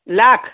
lakh